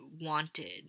wanted